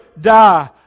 die